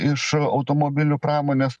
iš automobilių pramonės